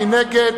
מי נגד?